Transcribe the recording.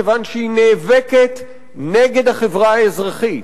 כיוון שהיא נאבקת נגד החברה האזרחית,